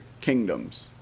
kingdoms